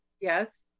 Yes